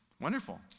Wonderful